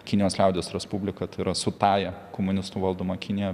kinijos liaudies respublika tai yra su tąja komunistų valdoma kinija